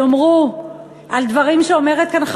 במקום שיאמרו על דברים שאומרת כאן במליאה